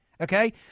Okay